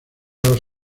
los